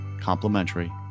complimentary